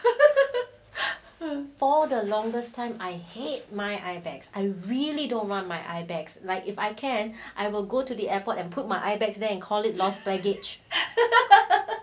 for the longest time I hate my eye bags I really don't want my eye bags like if I can I will go to the airport and put my eye bags there and call it lost baggage